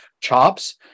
chops